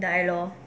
die lor